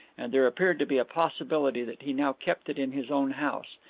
and there appeared to be a possibility that he now kept it in his own house.